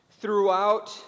Throughout